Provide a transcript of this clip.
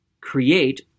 create